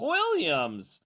Williams